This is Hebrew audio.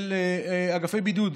באגפי בידוד,